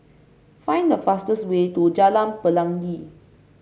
find the fastest way to Jalan Pelangi